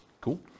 Cool